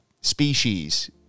species